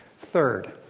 third,